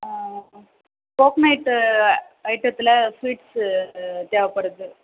டோக்கனைட்டு ஐட்டத்தில் ஸ்வீட்ஸ்ஸு தேவைப்படுது